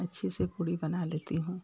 अच्छे से पूरी बना लेती हूँ